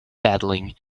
battling